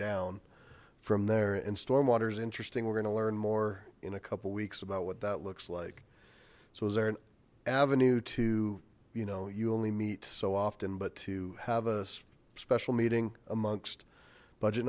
down from there and stormwater is interesting we're going to learn more in a couple weeks about what that looks like so is there an avenue to you know you only meet so often but to have a special meeting amongst budget